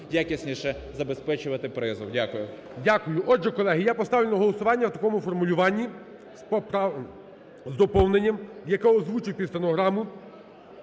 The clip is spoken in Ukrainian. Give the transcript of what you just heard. якісніше забезпечувати призов. Дякую. ГОЛОВУЮЧИЙ. Дякую. Отже, колеги, я поставлю на голосування в такому формулюванні з поправк... з доповненням, яке озвучив під стенограму